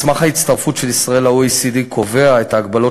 מסמך ההצטרפות של ישראל ל-OECD קובע את ההגבלות